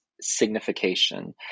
signification